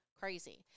crazy